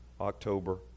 October